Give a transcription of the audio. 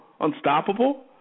Unstoppable